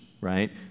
right